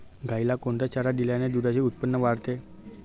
गाईला कोणता चारा दिल्याने दुधाचे उत्पन्न वाढते?